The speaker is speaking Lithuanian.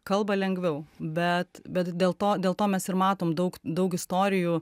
kalba lengviau bet bet dėl to dėl to mes ir matom daug daug istorijų